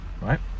Right